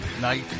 night